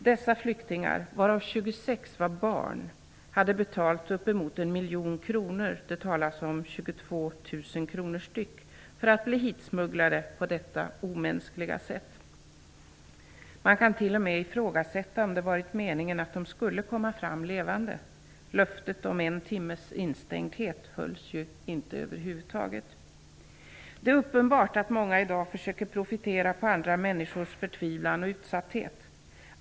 Dessa flyktingar, varav 26 var barn, hade betalat uppemot en miljon kronor -- det talas om 22 000 kr vardera -- för att bli hitsmugglade på detta omänskliga sätt. Man kan t.o.m. ifrågasätta om det varit meningen att de skulle komma fram levande. Löftet om en timmes instängdhet hölls ju inte över huvud taget. Det är uppenbart att många i dag försöker profitera på andra människors förtvivlan och utsatthet.